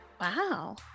Wow